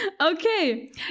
Okay